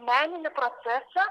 meninį procesą